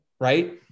right